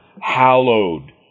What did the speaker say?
hallowed